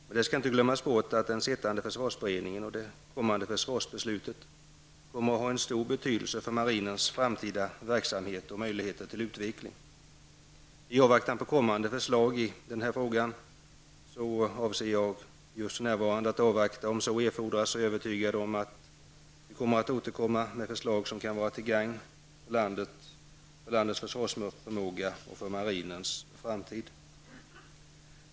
Men det skall inte glömmas bort att den sittande försvarsberedningen och det kommande försvarsbeslutet kommer att ha stor betydelse för marinens framtida verksamhet och möjligheter till utveckling. I avvaktan på kommande förslag i denna fråga avser jag att avvakta och att, om så erfordras, återkomma med förslag som kan vara till gagn för landets försvarsförmåga och marinens framtid.